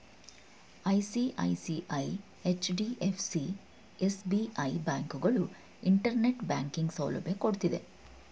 ICICI, HDFC, SBI, ಬ್ಯಾಂಕುಗಳು internet banking ಸೌಲಭ್ಯ ಕೊಡ್ತಿದ್ದೆ